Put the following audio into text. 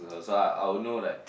so I I will know like